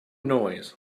noise